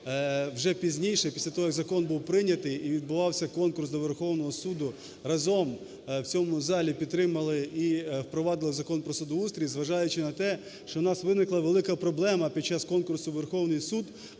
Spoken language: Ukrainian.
вже пізніше, після того, як закон був прийнятий і відбувався конкурс до Верховного Суду, разом в цьому залі підтримали і впровадили Закон про судоустрій, зважаючи на те, що у нас виникла велика проблема під час конкурсу у Верховний Суд.